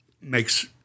makes